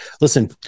Listen